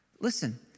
Listen